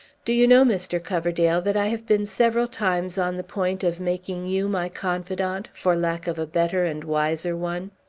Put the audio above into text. do you know, mr. coverdale, that i have been several times on the point of making you my confidant, for lack of a better and wiser one?